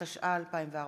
התשע"ה 2014,